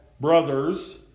brothers